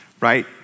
Right